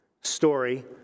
story